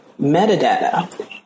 metadata